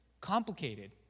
complicated